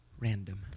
random